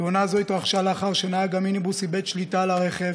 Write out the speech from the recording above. התאונה התרחשה לאחר שנהג המיניבוס איבד שליטה על הרכב,